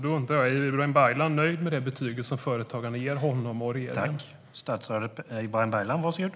Då undrar jag: Är Ibrahim Baylan nöjd med det betyg som företagarna ger honom och regeringen?